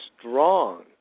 strong